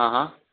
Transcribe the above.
હં હં